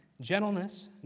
gentleness